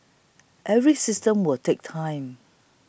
every system will take time